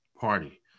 party